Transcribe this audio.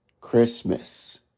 Christmas